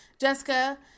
Jessica